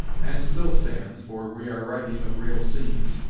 and still stands, for we are writing of real scenes,